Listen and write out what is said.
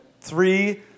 Three